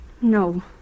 no